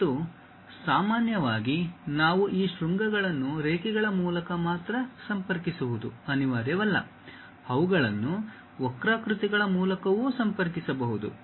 ಮತ್ತು ಸಾಮಾನ್ಯವಾಗಿ ನಾವು ಈ ಶೃಂಗಗಳನ್ನು ರೇಖೆಗಳ ಮೂಲಕ ಮಾತ್ರ ಸಂಪರ್ಕಿಸುವುದು ಅನಿವಾರ್ಯವಲ್ಲ ಅವುಗಳನ್ನು ವಕ್ರಾಕೃತಿಗಳ ಮೂಲಕವೂ ಸಂಪರ್ಕಿಸಬಹುದು